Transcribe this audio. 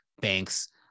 banks